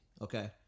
Okay